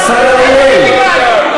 השר אריאל.